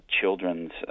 children's